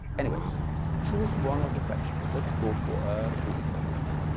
anyway choose one of the fractions, let's go for a really simple one,